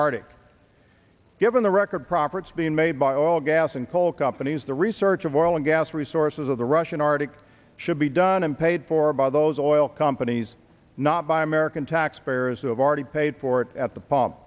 arctic given the record profits being made by all gas and coal companies the research of oil and gas resources of the russian arctic should be done and paid for by those oil companies not by american taxpayers who have already paid for it at the p